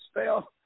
spell